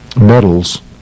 medals